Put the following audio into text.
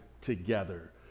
together